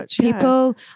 people